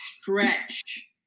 stretch